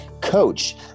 coach